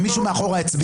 מישהו מאחור הצביע.